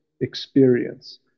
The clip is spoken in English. experience